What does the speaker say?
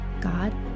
God